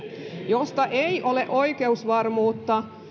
josta ei ole oikeusvarmuutta